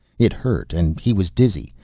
it hurt and he was dizzy,